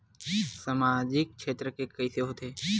सामजिक क्षेत्र के कइसे होथे?